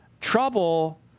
trouble